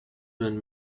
been